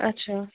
اچھا